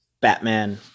Batman